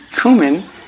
cumin